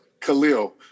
Khalil